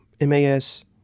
MAS